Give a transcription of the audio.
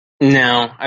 No